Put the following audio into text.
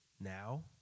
now